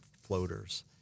floaters